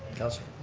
councilor.